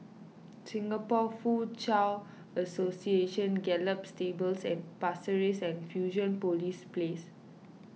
Singapore Foochow Association Gallop Stables at Pasir Ris and Fusionopolis Place